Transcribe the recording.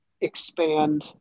expand